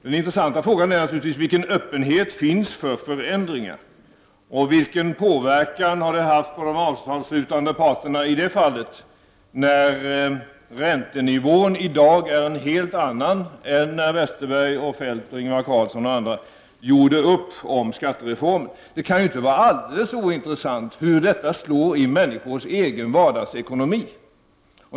Den intressanta frågan är naturligtvis vilken öppenhet det finns för förändringar och vilken påverkan det haft på de avtalsslutande parterna att räntenivån i dag är en helt annan än då Bengt Westerberg, Kjell-Olof Feldt, Ingvar Carlsson och andra gjorde upp om skattereformen. Det kan inte vara alldeles ointressant hur detta slår i människors vardagsekonomi.